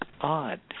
odd